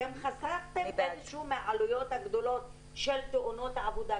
אתם חסכתם מהעלויות הגדולות של תאונות הדרכים.